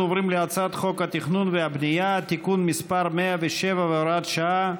אנחנו עוברים להצעת חוק התכנון והבנייה (תיקון מס' 107 והוראת שעה)